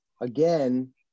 again